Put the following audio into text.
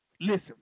listen